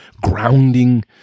grounding